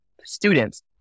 students